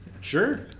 Sure